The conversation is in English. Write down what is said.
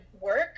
work